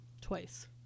twice